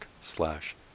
slash